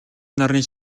нарны